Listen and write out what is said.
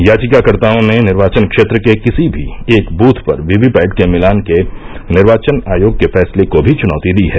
याचिकाकर्ताओं ने निर्वाचन क्षेत्र के किसी भी एक दृथ पर वीवीपैट के मिलान के निर्वाचन आयोग के फैसले को भी च्नौती दी है